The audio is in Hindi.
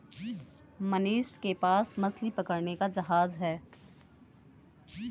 मनीष के पास मछली पकड़ने का जहाज है